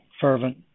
fervent